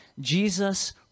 Jesus